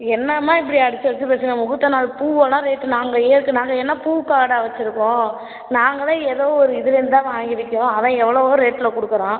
என்னம்மா இப்படி அடிச்சு அடிச்சு பேசுகிறிங்க முகூர்த்த நாள் பூவெல்லாம் ரேட் நாங்கள் ஏத் நாங்கள் என்ன பூக்காடா வைச்சுருக்கோம் நாங்களே ஏதோ ஒரு இதுலேருந்து தான் வாங்கி விற்கிறோம் அவன் எவ்வளோவோ ரேட்டில் கொடுக்குறான்